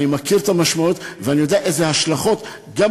אני מכיר את המשמעות ואני יודע איזה השלכות יהיו.